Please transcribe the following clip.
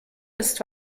ist